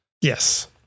Yes